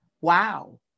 wow